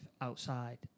outside